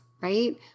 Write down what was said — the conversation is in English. right